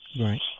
right